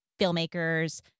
filmmakers